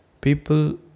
people